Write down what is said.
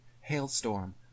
hailstorm